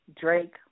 Drake